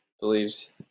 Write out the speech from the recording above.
believes